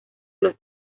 los